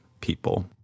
people